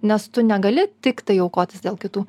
nes tu negali tiktai aukotis dėl kitų